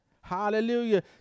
Hallelujah